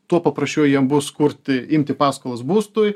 tuo paprasčiau jiem bus kurti imti paskolas būstui